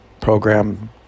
program